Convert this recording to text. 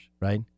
right